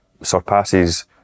surpasses